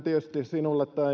sinulle tai